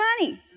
money